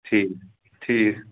ٹھیٖک ٹھیٖک